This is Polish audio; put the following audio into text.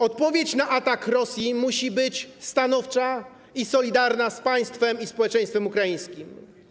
Odpowiedź na atak Rosji musi być stanowcza i solidarna z państwem i społeczeństwem ukraińskim.